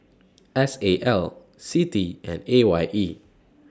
S A L C T and A Y E